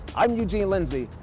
i'm eugene lindsey.